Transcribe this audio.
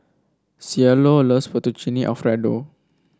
Cielo loves Fettuccine Alfredo